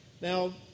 Now